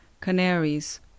Canaries